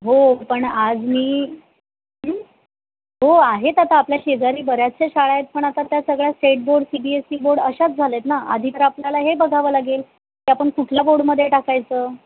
हो पण आज मी हो आहेत आता आपल्या शेजारी बऱ्याचशा शाळा आहेत पण आता त्या सगळ्या state board C B S E board अशाच झाल्यात ना आधी तर आपल्याला हे बघावं लागेल की आपण कुठल्या बोर्डमध्ये टाकायचं